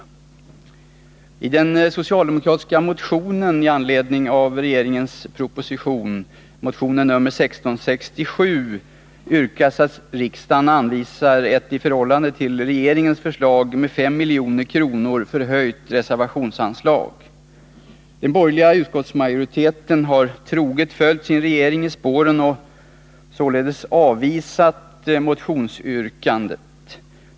I den socialdemokratiska motionen med anledning av regeringens proposition, motion 1667, yrkas att riksdagen anvisar ett i förhållande till regeringens förslag med 5 milj.kr. förhöjt reservationsanslag. Den borgerliga utskottsmajoriteten har troget följt sin regering i spåren och således avvisat motionsyrkandet.